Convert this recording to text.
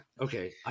okay